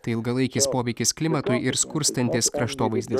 tai ilgalaikis poveikis klimatui ir skurstantis kraštovaizdis